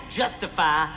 justify